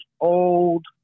old